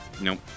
Nope